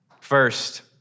First